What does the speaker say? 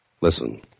Listen